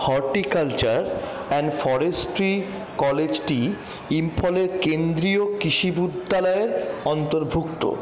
horticulture and forestry কলেজটি ইম্ফলের কেন্দ্রীয় কৃষি বিদ্যালয়ের অন্তর্ভুক্ত